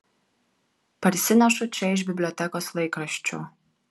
parsinešu čia iš bibliotekos laikraščių